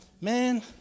man